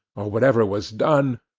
or whatever was done,